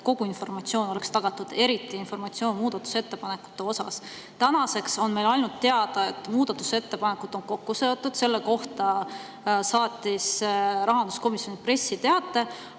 et kogu informatsioon oleks tagatud, eriti informatsioon muudatusettepanekute kohta. Tänaseks on meile ainult teada, et muudatusettepanekud on kokku seotud. Selle kohta saatis rahanduskomisjon pressiteate,